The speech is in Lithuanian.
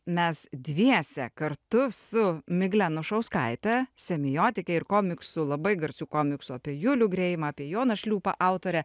mes dviese kartu su migle anušauskaite semiotike ir komiksų labai garsių komiksų apie julių greimą apie joną šliūpą autore